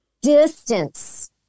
distance